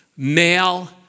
male